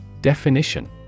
Definition